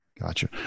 Gotcha